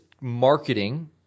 marketing